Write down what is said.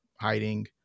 hiding